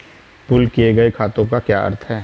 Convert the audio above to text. Pool किए गए खातों का क्या अर्थ है?